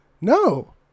No